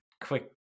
quick